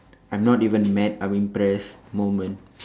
I'm not even mad I'm impressed moment